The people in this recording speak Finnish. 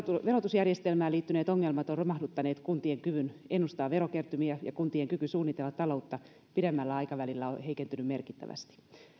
verotusjärjestelmään liittyneet ongelmat ovat romahduttaneet kuntien kyvyn ennustaa verokertymiä ja kuntien kyky suunnitella taloutta pidemmällä aikavälillä on heikentynyt merkittävästi